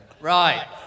Right